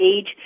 age